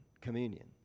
communion